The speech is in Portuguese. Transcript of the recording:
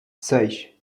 seis